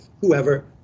Whoever